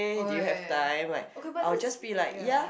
oh ya ya ya okay but this is ya